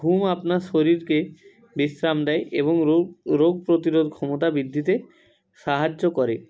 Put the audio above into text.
ঘুম আপনার শরীরকে বিশ্রাম দেয় এবং রোগ রোগ প্রতিরোধ ক্ষমতা বৃদ্ধিতে সাহায্য করে